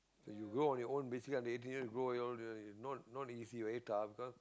you go on your own basically under eighteen you go on your own you~ not not easy very tough because